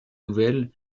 nouvelle